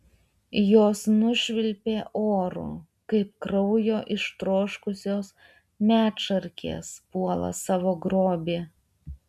jos nušvilpė oru kaip kraujo ištroškusios medšarkės puola savo grobį